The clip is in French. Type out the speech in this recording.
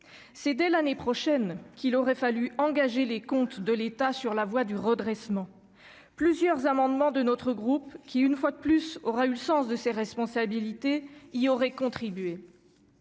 C'est dès 2023 qu'il aurait fallu engager les comptes de l'État sur la voie du redressement. Plusieurs amendements de notre groupe, qui une fois de plus aura eu le sens des responsabilités, y auraient contribué.